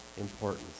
importance